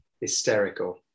hysterical